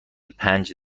پنج